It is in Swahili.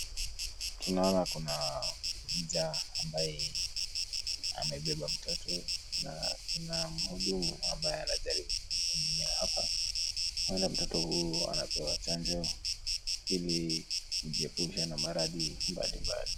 Tunaona kuna mja ambaye amebeba mtoto na kuna muhudumu ambaye anajaribu kumuhudumia hapa. Naona mtoto huyu anapewa chanjo ili kujiepusha na maradhi mbalimbali.